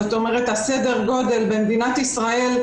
זאת אומרת זה סדר הגודל במדינת ישראל,